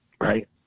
Right